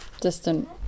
distant